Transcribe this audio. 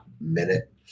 minute